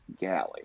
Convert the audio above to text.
Galley